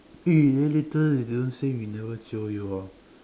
eh then later don't say we never jio you orh